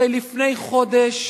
הרי לפני חודש